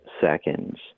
seconds